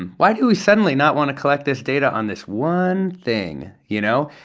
why do we suddenly not want to collect this data on this one thing, you know?